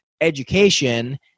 education